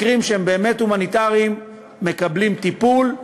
מקרים שהם באמת הומניטריים מקבלים טיפול.